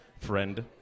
friend